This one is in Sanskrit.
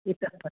इतःपरम्